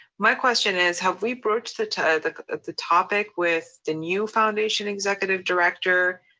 my question is, have we broached the topic the topic with the new foundation executive director?